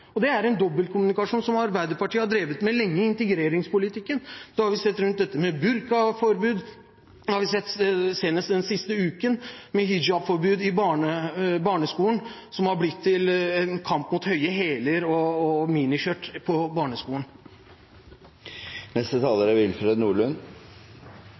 er en dobbeltkommunikasjon som Arbeiderpartiet har drevet med lenge i integreringspolitikken. Det har vi sett rundt dette med burkaforbud. Det har vi sett senest den siste uken, med hijabforbud i barneskolen – som har blitt til en kamp mot høye hæler og miniskjørt i barneskolen.